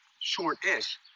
short-ish